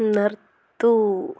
നിർത്തൂ